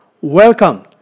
Welcome